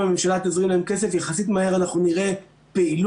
הממשלה תזרים להם כסף יחסית מהר אנחנו נראה פעילות,